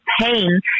pain